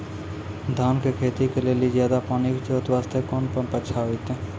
धान के खेती के लेली ज्यादा पानी के जरूरत वास्ते कोंन पम्प अच्छा होइते?